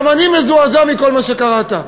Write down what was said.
גם אני מזועזע מכל מה שקראת.